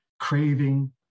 craving